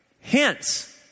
Hence